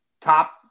top